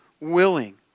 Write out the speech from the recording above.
willing